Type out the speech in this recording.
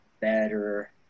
better